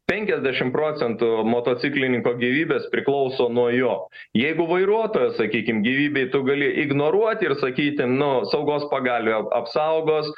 penkiasdešimt procentų motociklininko gyvybės priklauso nuo jo jeigu vairuotojo sakykime gyvybei tu gali ignoruoti ir sakyti nuo saugos pagalvių apsaugos